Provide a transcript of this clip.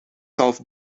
zelf